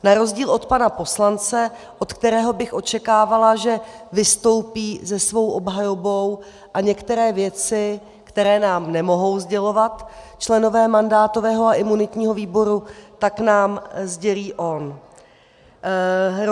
Na rozdíl od pana poslance, od kterého bych očekávala, že vystoupí se svou obhajobou a některé věci, které nám nemohou sdělovat členové mandátového a imunitního výboru, tak nám sdělí on.